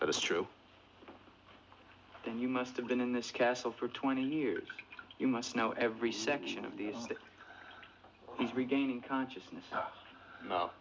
but it's true and you must of been in this castle for twenty years you must know every section of the state he's regaining consciousness no